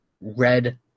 red